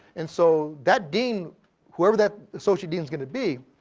and so, that dean whoever that social deans gonna be,